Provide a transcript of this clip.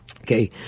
Okay